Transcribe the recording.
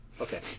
Okay